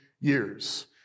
years